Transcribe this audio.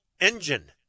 engine